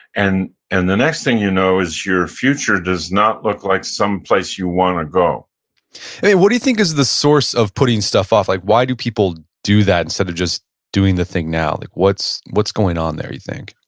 and and the next thing you know is your future does not look like some place you want to go what do you think the source of putting stuff off? like why do people do that instead of just doing the thing now? like what's what's going on there you think?